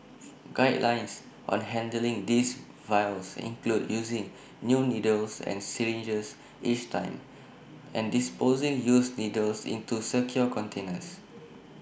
guidelines on handling these vials include using new needles and syringes each time and disposing used needles into secure containers